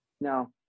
no